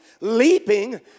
leaping